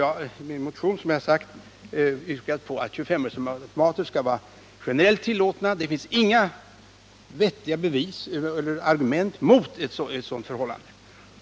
Jag har i min motion yrkat att 25-öresautomater skall vara generellt tillåtna. Det finns inga vettiga argument mot ett sådant förhållande.